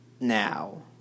now